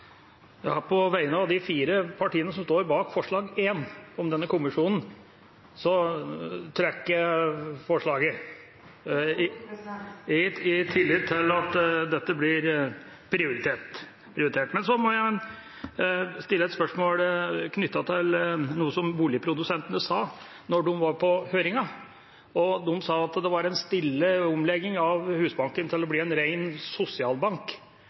På vegne av de fire partiene som står bak forslag nr. 1, om denne kommisjonen, trekker jeg forslaget i tillit til at dette blir prioritert. Men jeg må stille et spørsmål knyttet til noe som Boligprodusentene sa da de var på høringen. De sa det var en stille omlegging av Husbanken til å bli en ren sosialbank,